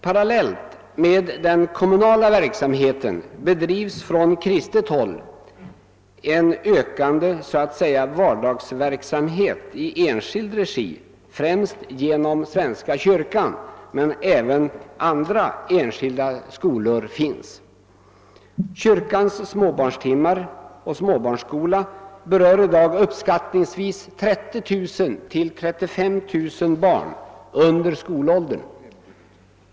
Parallellt med den kommunala verksamheten bedrivs emellertid från kristet håll en ökande så att säga vardagsverksamhet i enskild regi, främst genom svenska kyrkan men även andra enskilda skolor finns. Kyrkans småbarnstimmar och småbarnsskola berör i dag uppskattningsvis 30 000—35 000 barn under skolåldern.